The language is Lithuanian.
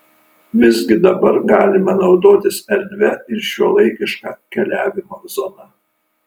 visgi dabar galima naudotis erdvia ir šiuolaikiška keliavimo zona